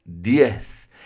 diez